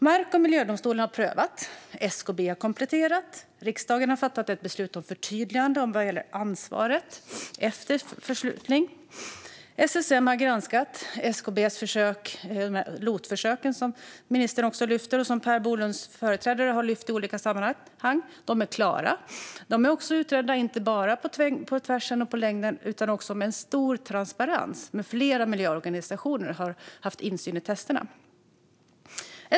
Mark och miljödomstolen har prövat, SKB har kompletterat, riksdagen har fattat ett beslut om förtydligande vad gäller ansvaret efter förslutning och SSM har granskat SKB:s LOT-försök, som Per Bolund lyfte upp och som hans företrädare har lyft upp i olika sammanhang. De är klara, och de är också utredda, inte bara på längden och tvären utan också med stor transparens, där flera miljöorganisationer har haft insyn i testerna.